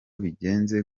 bigenze